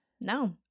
no